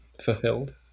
fulfilled